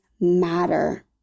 matter